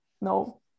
no